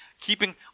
keeping